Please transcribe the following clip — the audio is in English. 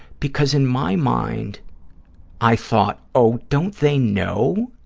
because in my mind i thought, oh, don't they know,